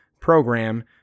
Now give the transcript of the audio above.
program